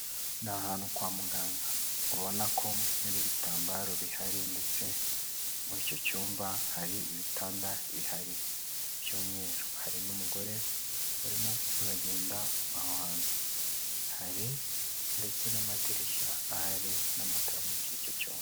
Ni hantu kwa muganga, ubona ko hari ibitambaro bihari ndetse muri icyo cyumba hari ibitanda bihari by'mweru, hari n'umugore urimo uragenda aho hantu, hari ndetse n'amadirishya ahari n'amatara muri icyo cyomba.